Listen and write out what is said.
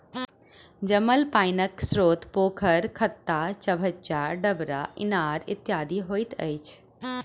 जमल पाइनक स्रोत पोखैर, खत्ता, चभच्चा, डबरा, इनार इत्यादि होइत अछि